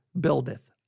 buildeth